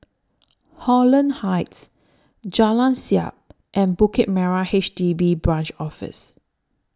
Holland Heights Jalan Siap and Bukit Merah H D B Branch Office